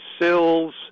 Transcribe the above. Sills